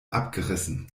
abgerissen